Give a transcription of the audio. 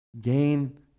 Gain